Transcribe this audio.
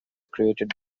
created